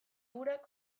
urak